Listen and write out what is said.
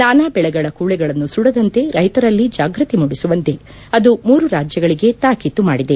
ನಾನಾ ಬೆಳೆಗಳ ಕೂಳೆಗಳನ್ನು ಸುಡದಂತೆ ರೈತರಲ್ಲಿ ಜಾಗ್ಬತಿ ಮೂಡಿಸುವಂತೆ ಅದು ಮೂರು ರಾಜ್ಯಗಳಿಗೆ ತಾಕೀತು ಮಾಡಿದೆ